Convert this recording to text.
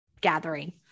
gathering